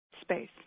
space